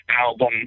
album